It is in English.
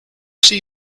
see